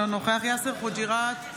אינו נוכח יאסר חוג'יראת,